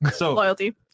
Loyalty